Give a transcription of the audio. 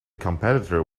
competitor